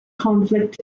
conflict